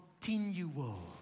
continual